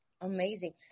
Amazing